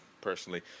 personally